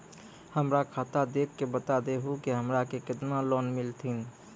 हमरा खाता देख के बता देहु के हमरा के केतना लोन मिलथिन?